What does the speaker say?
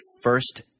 first